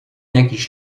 jakiś